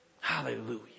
Hallelujah